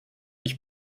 ich